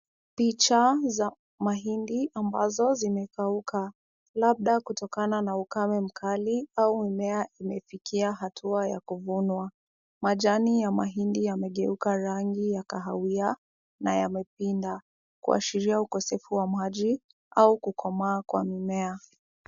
Picha za mahindi ambazo zimekauka, labda kutokana na ukame mkali au mmea umefikia hatua ya kuvunwa. Majani ya mahindi yamegeuka rangi ya kahawia na yamepinda, kuashiria ukosefu wa maji au kukomaa kwa mimea.